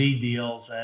deals